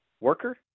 worker